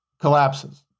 collapses